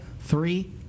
Three